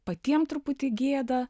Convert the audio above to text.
patiem truputį gėda